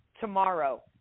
tomorrow